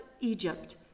Egypt